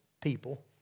people